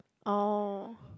oh